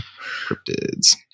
Cryptids